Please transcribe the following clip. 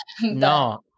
No